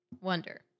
Wonder